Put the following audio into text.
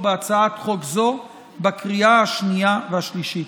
בהצעת חוק זו בקריאה השנייה והשלישית.